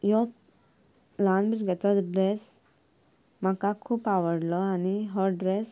ह्यो ल्हान भुरग्याचो ड्रेस म्हाका खूब आवडलो आनी हो ड्रेस